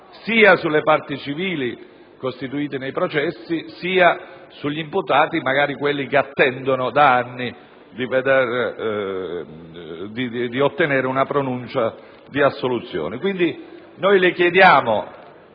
sia sulle parti civili costituite nei processi sia sugli imputati, magari quelli che da anni attendono di ottenere una pronuncia di assoluzione.